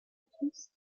police